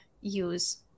use